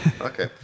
okay